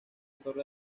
torre